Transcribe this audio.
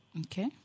Okay